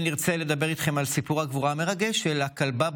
התנ"ך בספר תהילים אומר לנו שלהיות חפצי חיים